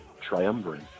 triumvirate